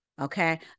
okay